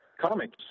comic's